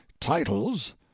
titles